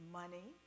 money